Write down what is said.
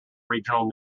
regional